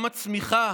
גם הצמיחה